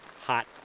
hot